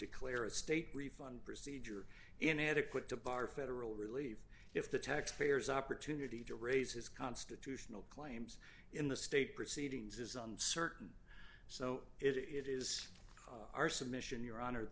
declare a state refund procedure in adequate to bar federal d relief if the taxpayers opportunity to raise his constitutional claims in the state proceedings is uncertain so it is our submission your honor